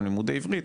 גם לימודי עברית,